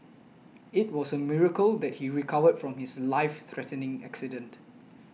it was a miracle that he recovered from his life threatening accident